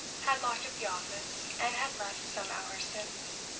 had locked up the office, and had left some hours since.